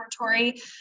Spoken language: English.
laboratory